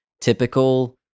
typical